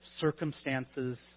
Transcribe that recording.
circumstances